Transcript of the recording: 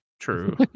True